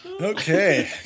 Okay